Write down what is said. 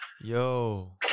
Yo